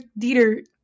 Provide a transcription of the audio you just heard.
Dieter